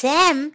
Sam